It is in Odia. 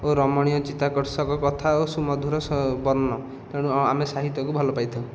ଓ ରମଣୀୟ ଚିତାକର୍ଷକ କଥା ଓ ସୁମଧୁର ବର୍ଣ୍ଣ ତେଣୁ ଆମେ ସାହିତ୍ୟକୁ ଭଲ ପାଇଥାଉ